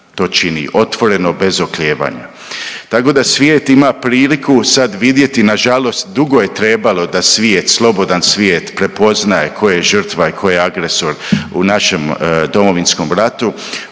To čini otvoreno bez oklijevanja. Tako da svijet ima priliku sad vidjeti nažalost, dugo je trebalo da svijet slobodan svijet prepoznaje tko je žrtva i tko je agresor u našem Domovinskom ratu,